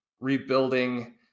rebuilding